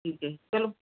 ਠੀਕ ਹੈ ਚੱਲੋ